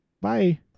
bye